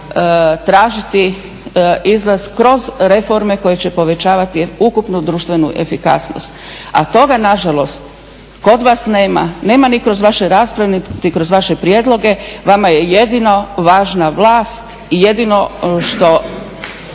tražiti izlaz kroz reforme koje će povećavati ukupnu društvenu efikasnost. A toga nažalost kod vas nema, nema ni kroz vaše rasprave niti kroz vaše prijedloge, vama je jedino važna vlast i jedino što,